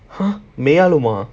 !huh! மெய்யாலும:meiyaaluma